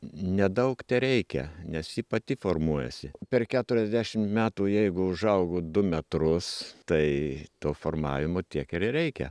nedaug tereikia nes ji pati formuojasi per keturiasdešimt metų jeigu užaugo du metrus tai to formavimo tiek ir reikia